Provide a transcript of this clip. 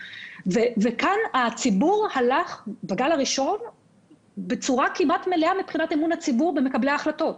בגל הראשון הציבור הלך בצורה כמעט מלאה מבחינת האמון במקבלי ההחלטות.